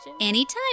Anytime